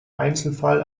einzelfall